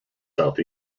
south